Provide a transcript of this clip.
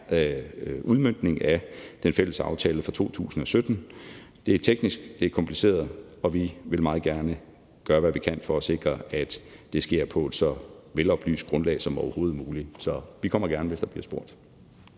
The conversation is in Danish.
udmøntning af den fælles aftale fra 2017. Det er teknisk, det er kompliceret, og vi vil meget gerne gøre, hvad vi kan, for at sikre, at det sker på et så veloplyst grundlag som overhovedet muligt. Så vi kommer gerne, hvis der bliver spurgt.